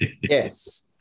Yes